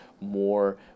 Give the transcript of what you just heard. more